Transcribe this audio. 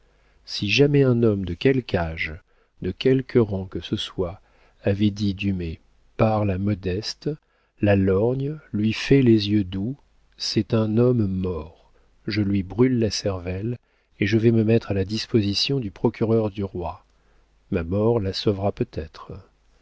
si jamais un homme de quelque âge de quelque rang que ce soit avait dit dumay parle à modeste la lorgne lui fait les yeux doux c'est un homme mort je lui brûle la cervelle et je vais me mettre à la disposition du procureur du roi ma mort la sauvera peut-être